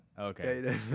Okay